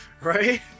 Right